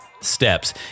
steps